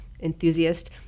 enthusiast